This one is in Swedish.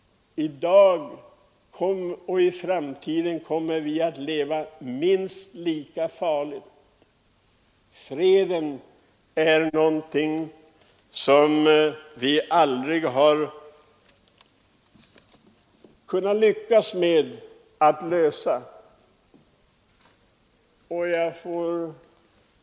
Men i framtiden kommer vi att leva minst lika farligt. Vi har ju aldrig lyckats att skapa varaktig fred.